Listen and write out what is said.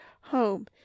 home